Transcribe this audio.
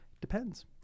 Depends